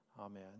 amen